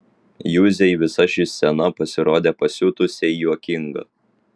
juzei visa ši scena pasirodė pasiutusiai juokinga